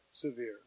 severe